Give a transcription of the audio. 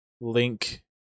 link